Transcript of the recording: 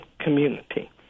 community